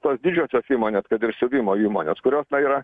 tos didžiosios įmonės kad ir siuvimo įmonės kurios na yra